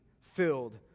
filled